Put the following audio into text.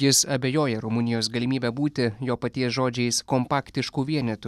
jis abejoja rumunijos galimybe būti jo paties žodžiais kompaktišku vienetu